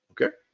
Okay